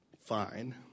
fine